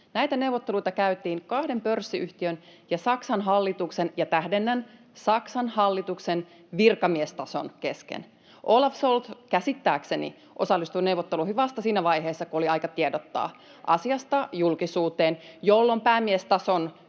Näitä neuvotteluita käytiin kahden pörssiyhtiön ja Saksan hallituksen, ja tähdennän: Saksan hallituksen virkamiestason kesken. Olaf Scholz käsittääkseni osallistui neuvotteluihin vasta siinä vaiheessa, kun oli aika tiedottaa asiasta julkisuuteen, jolloin päämiestason